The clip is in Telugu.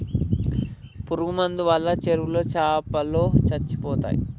పురుగు మందు వాళ్ళ చెరువులో చాపలో సచ్చిపోతయ్